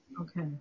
Okay